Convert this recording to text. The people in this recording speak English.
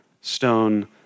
stone